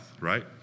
right